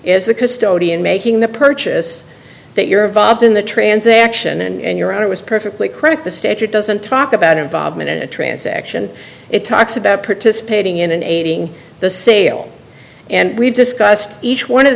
the custodian making the purchase that you're involved in the transaction and you're on it was perfectly credit the statute doesn't talk about involvement in a transaction it talks about participating in an aging the sale and we've discussed each one of